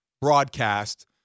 broadcast